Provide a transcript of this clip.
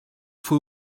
fue